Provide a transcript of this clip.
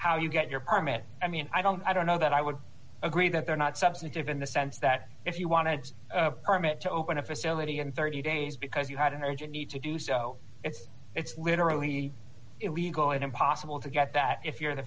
how you get your permit i mean i don't i don't know that i would agree that they're not substantive in the sense that if you want to permit to open a facility in thirty days because you had an urgent need to do so it's it's literally illegal and impossible to get that if you're in the